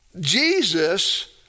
Jesus